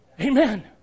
Amen